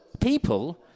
people